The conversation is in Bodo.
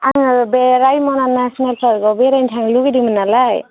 आङो बे रायमना नेसनेल पार्कआव बेरायनो थांनो लुबैदोंमोन नालाय